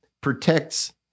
protects